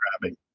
grabbing